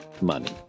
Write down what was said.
money